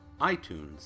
iTunes